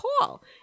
call